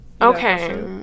okay